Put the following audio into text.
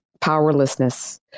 powerlessness